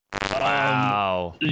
Wow